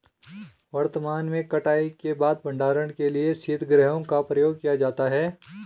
वर्तमान में कटाई के बाद भंडारण के लिए शीतगृहों का प्रयोग किया जाता है